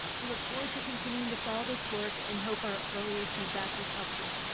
we look forward to continuing to follow this work and hope our earlier feedback was helpful.